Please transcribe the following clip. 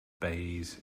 bays